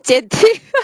见底